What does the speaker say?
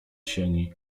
sieni